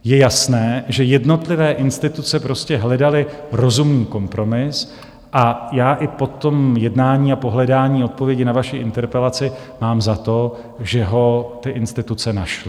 Je jasné, že jednotlivé instituce hledaly rozumný kompromis, a já i po tom jednání a po hledání odpovědi na vaši interpelaci mám za to, že ho ty instituce našly.